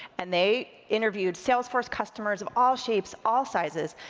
and they interviewed salesforce customers of all shapes, all sizes,